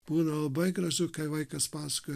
būna labai gražu kai vaikas paskui